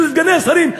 של סגני שרים,